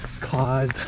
cause